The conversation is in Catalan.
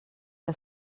que